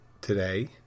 today